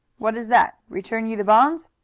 what is that return you the bonds?